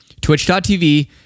twitch.tv